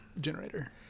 Generator